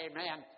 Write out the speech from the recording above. Amen